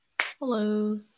Hello